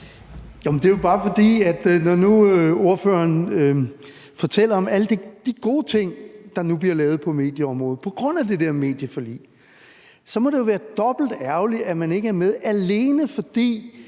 Søndergaard (EL): Når nu ordføreren fortæller om alle de gode ting, der nu bliver lavet på medieområdet på grund af det der medieforlig, så må det jo være dobbelt ærgerligt, at man ikke er med, alene fordi